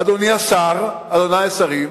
אדוני השר, אדוני השרים,